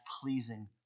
pleasing